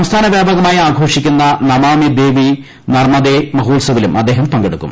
സംസ്ഥാന വ്യാപകമായി ആഘോഷിക്കുന്ന നമാമി ദേവി നർമ്മദേ മഹോത്സവിലും അദ്ദേഹം പങ്കെടുക്കും